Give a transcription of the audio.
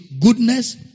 Goodness